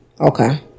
Okay